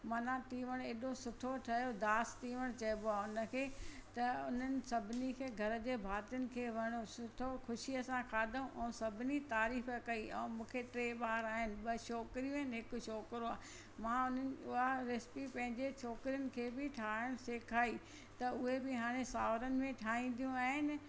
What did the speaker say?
मना तींवणु एॾो सुठो ठहियो दास तींवणु चएबो आहे उनखे त उन्हनि सभिनी खे घर जे भातियुनि खे वणियो सुठो ख़ुशीअ सां खाधऊं ऐं सभिनी तारीफ़ कई ऐं मूंखे टे ॿार आहिनि ॿ छोकिरियूं आहिनि हिकु छोकिरो आहे मां उन्हनि उअ रेसिपी पंहिंजे छोकिरीनि खे बि ठाहिणु सेखारी त उहे बि हाणे सोहरनि में ठाहिंदियूं आहिनि